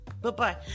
Bye-bye